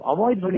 Avoid